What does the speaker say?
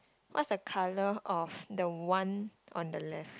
what's the colour of the one on the left